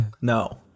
No